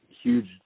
huge